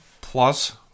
Plus